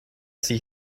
see